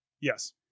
Yes